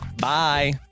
bye